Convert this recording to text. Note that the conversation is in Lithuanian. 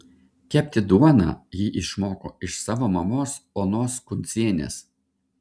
kepti duoną ji išmoko iš savo mamos onos kuncienės